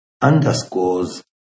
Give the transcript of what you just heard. underscores